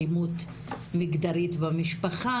אלימות מגדרית במשפחה.